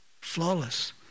flawless